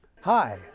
Hi